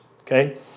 Okay